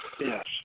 Yes